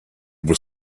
was